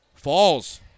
Falls